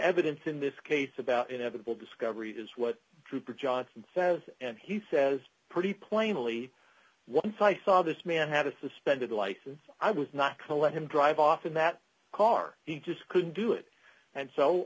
evidence in this case about inevitable discovery is what trooper johnson says and he says pretty plainly once i saw this man had a suspended license i was not to let him drive off in that car he just couldn't do it and so